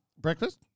Breakfast